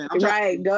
Right